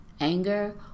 anger